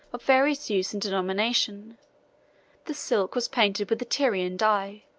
of various use and denomination the silk was painted with the tyrian dye,